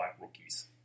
rookies